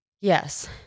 Yes